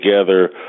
together